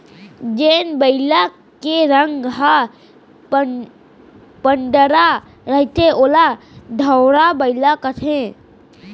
जेन बइला के रंग ह पंडरा रहिथे ओला धंवरा बइला कथें